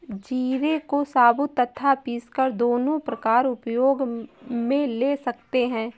जीरे को साबुत तथा पीसकर दोनों प्रकार उपयोग मे ले सकते हैं